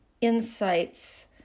insights